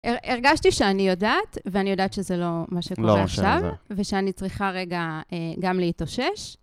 הרגשתי שאני יודעת, ואני יודעת שזה לא מה שקורה עכשיו, ושאני צריכה רגע גם להתאושש.